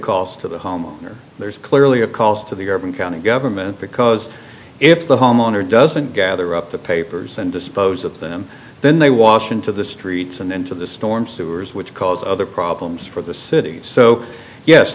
cost to the homeowner there's clearly a cost to the urban county government because if the homeowner doesn't gather up the papers and dispose of them then they wash into the streets and into the storm sewers which cause other problems for the city so yes